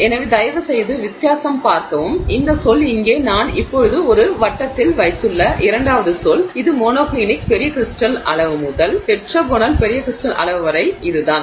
எனவே தயவுசெய்து வித்தியாசம் பார்க்கவும் இந்த சொல் இங்கே நான் இப்போது ஒரு வட்டத்தில் வைத்துள்ள இரண்டாவது சொல் இது மோனோக்ளினிக் பெரிய கிரிஸ்டல் அளவு முதல் டெட்ராகோனல் பெரிய கிரிஸ்டல் அளவு வரை இதுதான்